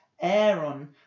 Aaron